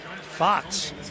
Fox